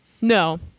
No